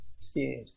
scared